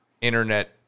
internet